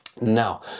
Now